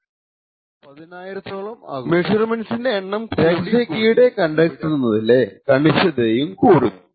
മെഷർമെന്റ്സിന്റെ എണ്ണം കൂടിക്കൂടി ഇവിടെ 10000 ഓളം ആകുമ്പോൾ രഹസ്യ കീയുടെ കണ്ടെത്തുന്നതിലെ കണിശതയും കൂടുന്നു